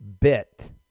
bit